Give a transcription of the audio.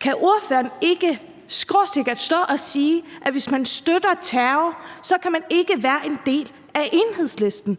Kan ordføreren ikke skråsikkert stå og sige, at hvis man støtter terror, så kan man ikke være en del af Enhedslisten?